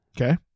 Okay